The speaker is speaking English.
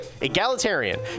egalitarian